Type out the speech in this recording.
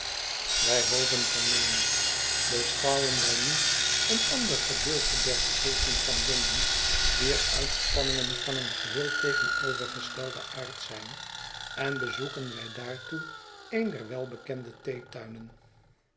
wij hopen van neen beschouwen wij nu een ander gedeelte der bevolking van londen wier uitspanningen van een geheel tegenovergestelden aard zijn en bezoeken wij daartoe een der welbekende theetuinen